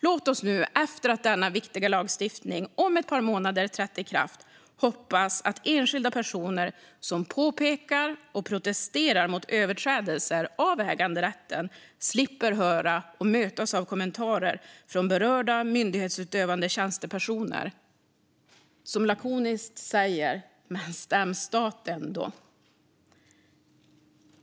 Låt oss nu, efter att denna viktiga lagstiftning om ett par månader trätt i kraft, hoppas att enskilda personer som påpekar och protesterar mot överträdelser av äganderätten slipper mötas av kommentarer från berörda myndighetsutövande tjänstepersoner som lakoniskt säger: Men stäm staten, då!